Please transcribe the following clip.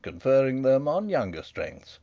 conferring them on younger strengths,